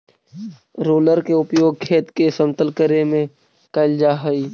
roller के उपयोग खेत के समतल करे में कैल जा हई